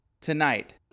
tonight